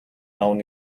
авна